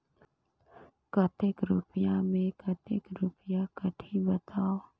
कतेक रुपिया मे कतेक रुपिया कटही बताव?